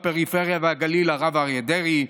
הפריפריה והגליל הרב אריה דרעי,